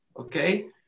okay